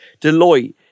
Deloitte